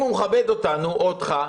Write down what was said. אם הוא מכבד אותנו או אותך,